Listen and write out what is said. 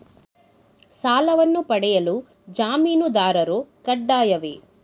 ಸಾಲವನ್ನು ಪಡೆಯಲು ಜಾಮೀನುದಾರರು ಕಡ್ಡಾಯವೇ?